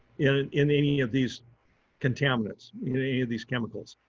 and and in any of these contaminants, in any of these chemicals?